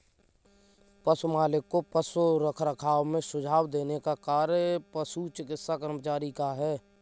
पशु मालिक को पशु रखरखाव में सुझाव देने का कार्य पशु चिकित्सा कर्मचारी का है